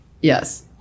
yes